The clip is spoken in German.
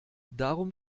darum